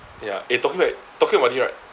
ya eh talking right talking about it right